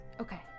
Okay